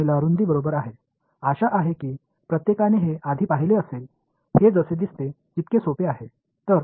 எனவே இதை நீங்கள் ஃபங்ஷனின் ஸ்டையர்கேஸ் ஆஃப்ராக்ஸிமஷன் அழைக்கலாம்